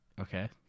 Okay